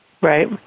Right